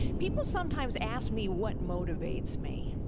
people sometimes ask me what motivates me,